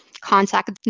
contact